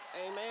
Amen